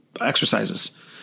exercises